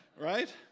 right